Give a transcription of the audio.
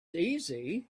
easy